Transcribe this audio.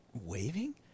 waving